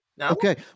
Okay